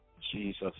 Jesus